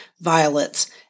violets